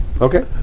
Okay